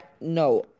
no